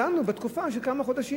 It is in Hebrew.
דנו בהם בתקופה של כמה חודשים.